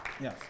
Yes